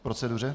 K proceduře?